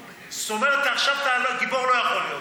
זאת אומרת, עכשיו גיבור אתה לא יכול להיות.